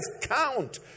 count